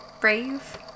brave